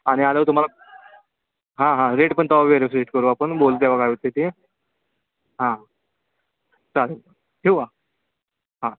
आणि आल्यावर तुम्हाला हां हां रेट पण तेव्हा करू आपण बोलु तेव्हा काय होतं आहे ते हां चालेल ठेऊ का हां